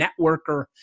networker